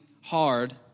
hard